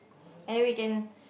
every weekend